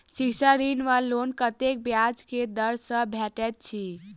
शिक्षा ऋण वा लोन कतेक ब्याज केँ दर सँ भेटैत अछि?